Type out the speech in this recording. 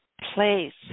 place